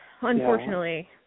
unfortunately